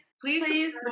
please